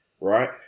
right